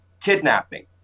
kidnapping